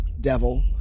Devil